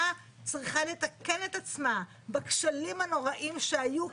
צריכה לתקן את עצמה בכשלים הנוראים שהיו,